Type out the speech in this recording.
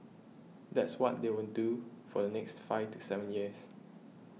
that's what they will do for the next five to seven years